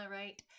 right